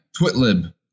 Twitlib